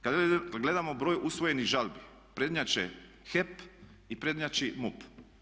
Kad gledamo broj usvojenih žalbi prednjače HEP i prednjači MUP.